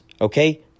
Okay